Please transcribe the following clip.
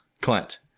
Clint